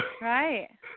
Right